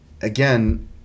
again